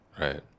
Right